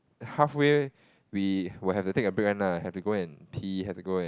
halfway we will have to take a break one lah have to go and pee have to go and